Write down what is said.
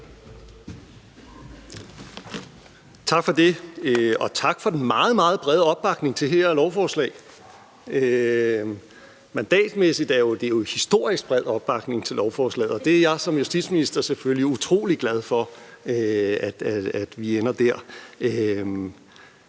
Tak for det, og tak for den meget, meget brede opbakning til det her lovforslag. Mandatmæssigt er det jo historisk bred opbakning til lovforslaget, og jeg er som justitsminister selvfølgelig utrolig glad for, at vi ender dér.